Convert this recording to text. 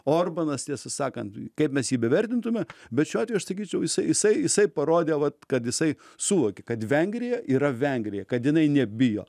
orbanas tiesą sakant kaip mes jį bevertintume bet šiuo atveju aš sakyčiau jisai jisai jisai parodė vat kad jisai suvokė kad vengrija yra vengrija kad jinai nebijo